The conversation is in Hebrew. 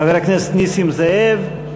חבר הכנסת נסים זאב,